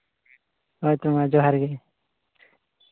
ᱦᱳᱭ ᱛᱚ ᱢᱟ ᱡᱚᱦᱟᱨ ᱜᱮ